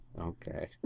Okay